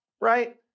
Right